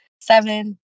Seven